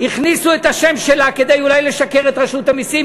הכניסו את השם שלה כדי אולי לשקר לרשות המסים,